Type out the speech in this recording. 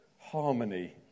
harmony